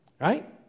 Right